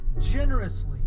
generously